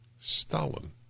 Stalin